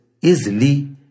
easily